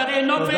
אתרי נופש,